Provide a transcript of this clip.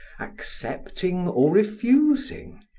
accepting or refusing,